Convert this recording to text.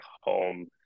home